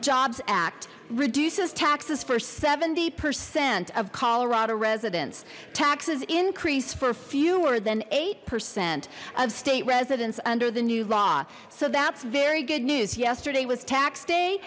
jobs act reduces taxes for seventy percent of colorado residents taxes increase for fewer than eight percent of state residents under the new law so that's very good news yesterday was tax day